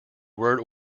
word